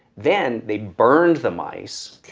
then they burned the mice.